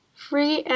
free